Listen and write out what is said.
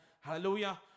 Hallelujah